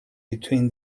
between